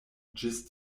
ĝis